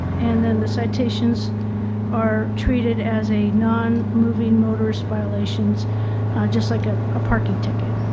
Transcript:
and in the citations are treated as a non-moving motorist violations just like ah a parking ticket.